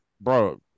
bro